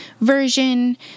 version